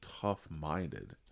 tough-minded